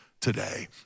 today